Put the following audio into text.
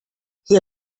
hier